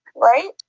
right